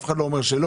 אף אחד לא אומר שלא,